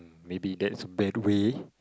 maybe that's bad way